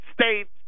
States